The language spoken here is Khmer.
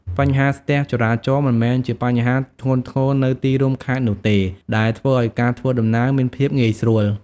បញ្ហាស្ទះចរាចរណ៍មិនមែនជាបញ្ហាធ្ងន់ធ្ងរនៅទីរួមខេត្តនោះទេ ដែលធ្វើឱ្យការធ្វើដំណើរមានភាពងាយស្រួល។